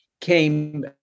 came –